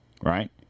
right